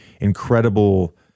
incredible